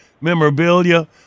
memorabilia